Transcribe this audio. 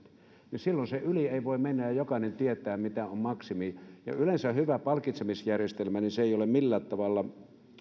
prosentti silloin sen yli ei voi mennä ja jokainen tietää mitä on maksimi yleensä hyvä palkitsemisjärjestelmä ei ole millään tavalla sidottu